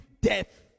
death